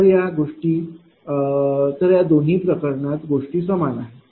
तर या दोन्ही प्रकरणात गोष्टी समान आहेत